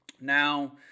Now